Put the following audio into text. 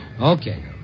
Okay